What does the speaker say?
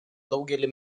daugelį